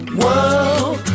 world